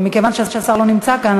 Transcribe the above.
מכיוון שהשר לא נמצא כאן,